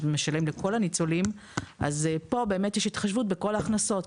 שמשלמים לכל הניצולים - יש התחשבות בכל ההכנסות,